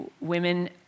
women